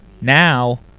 now